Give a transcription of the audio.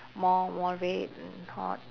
more more red and hot